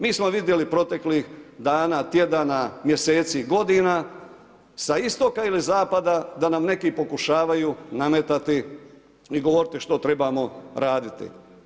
Mi smo vidjeli proteklih dana, tjedana, mjeseci, godina, sa istoka ili zapada da nam neki pokušavaju nametati i govoriti što trebamo raditi.